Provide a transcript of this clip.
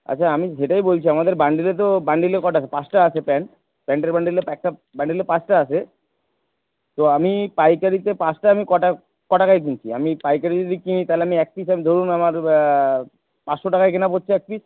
আচ্ছা আমি সেটাই বলছি আমাদের বান্ডিলে তো বান্ডিলে কটা আছে পাঁচটা আছে প্যান্ট প্যান্টের বান্ডিলে একটা বান্ডিলে পাঁচটা আছে তো আমি পাইকারিতে পাঁচটা আমি কটা ক টাকায় কিনছি আমি পাইকারিতে যদি কিনি তাহলে আমি এক পিস ধরুন আমার পাঁচশো টাকায় কেনা পড়ছে এক পিস